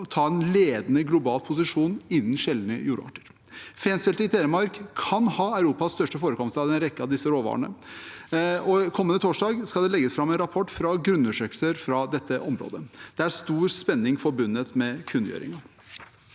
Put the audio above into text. å ta en ledende global posisjon innen sjeldne jordarter. Fensfeltet i Telemark kan ha Europas største forekomst av en rekke av disse råvarene. Kommende torsdag skal det legges fram en rapport fra grunnundersøkelser i dette området. Det er stor spenning forbundet med kunngjøringen.